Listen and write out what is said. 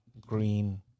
green